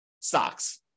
stocks